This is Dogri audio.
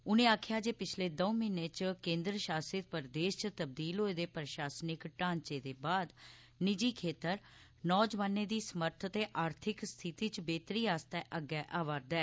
उनें आकखेआ जे पिछले दऊं म्हीने च केन्द्र शासित प्रदेश च तब्दील होए दे प्रशासनिक ढांचे दे बाद निजी खेतर नौजवानें दी समर्थ ते आर्थिक स्थिति च बेह्तरी आस्तै अग्गै आवै'रदा ऐ